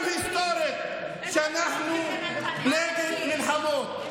גם עמדה היסטורית שאנחנו נגד מלחמות.